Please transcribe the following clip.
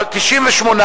אוצר,